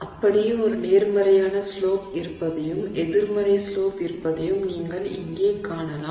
அப்படியே ஒரு நேர்மறையான ஸ்லோப் இருப்பதையும் எதிர்மறை ஸ்லோப் இருப்பதையும் நீங்கள் இங்கே காணலாம்